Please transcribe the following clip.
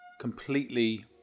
completely